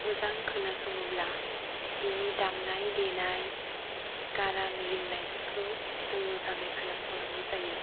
मोजां खोनासङोब्ला बेनि दामनाय देनाय गारां रिंनायफोरखौ जों मोजाङै खोनासंनांगौ जायो